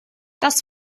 das